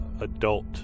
adult